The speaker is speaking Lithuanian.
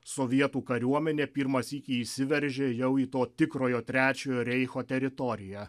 sovietų kariuomenė pirmą sykį įsiveržė jau į to tikrojo trečiojo reicho teritoriją